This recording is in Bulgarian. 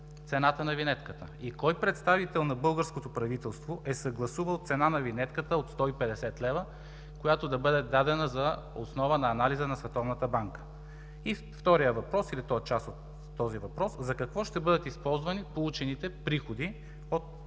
цената на винетката? И кой представител на българското правителство е съгласувал цена на винетката от 150 лв., която да бъде дадена за основа на анализа на Световната банка? И вторият въпрос, или то е част от този въпрос: за какво ще бъдат използвани получените приходи от